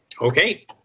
Okay